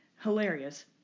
hilarious